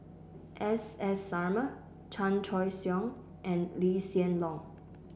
S S Sarma Chan Choy Siong and Lee Hsien Loong